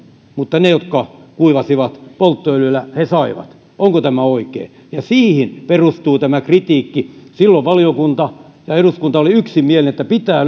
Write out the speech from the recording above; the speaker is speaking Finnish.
mutta ne jotka kuivasivat polttoöljyllä saivat onko tämä oikein siihen perustuu tämä kritiikki silloin valiokunta ja eduskunta oli yksimielinen että pitää